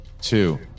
two